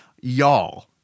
y'all